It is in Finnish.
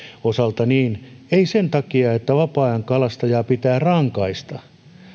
osalta ei sen takia että vapaa ajankalastajaa pitää rankaista